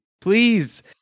Please